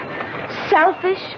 selfish